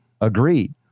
Agreed